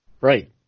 right